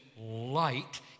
light